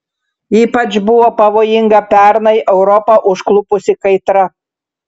ypač buvo pavojinga pernai europą užklupusi kaitra